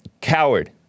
Coward